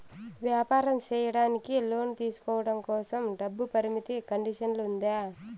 వ్యాపారం సేయడానికి లోను తీసుకోవడం కోసం, డబ్బు పరిమితి కండిషన్లు ఉందా?